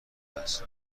است